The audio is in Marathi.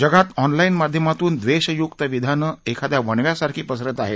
जगात ऑनलाईन माध्यमातून द्वेषयुक्त विधानं एखाद्या वणव्यासारखी पसरत आहेत